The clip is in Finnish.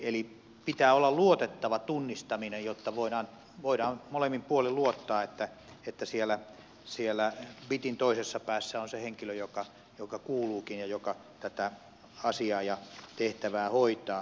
eli pitää olla luotettava tunnistaminen jotta voidaan molemmin puolin luottaa että siellä bitin toisessa päässä on se henkilö jonka kuuluukin ja joka tätä asiaa ja tehtävää hoitaa